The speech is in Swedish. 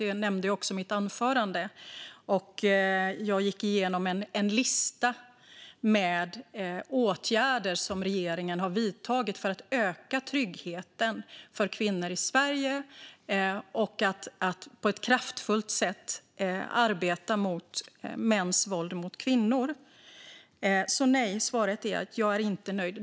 Jag nämnde det i mitt anförande, och jag gick igenom en lista av åtgärder som regeringen har vidtagit för att öka tryggheten för kvinnor i Sverige och att på ett kraftfullt sätt arbeta mot mäns våld mot kvinnor. Svaret är att jag inte är nöjd.